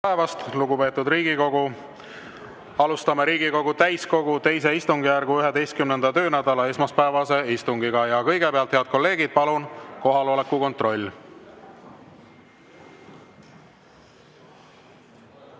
lugupeetud Riigikogu! Alustame Riigikogu täiskogu II istungjärgu 11. töönädala esmaspäevast istungit. Kõigepealt, head kolleegid, palun, kohaloleku kontroll!